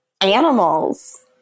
animals